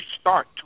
start